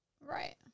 Right